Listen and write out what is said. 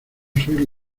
soy